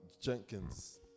Jenkins